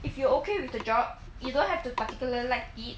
if you are okay with the job you don't have to particular like it